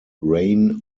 rain